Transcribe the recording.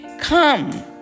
Come